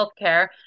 healthcare